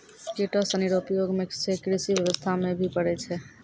किटो सनी रो उपयोग से कृषि व्यबस्था मे भी पड़ै छै